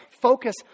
focus